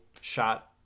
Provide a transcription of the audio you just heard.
shot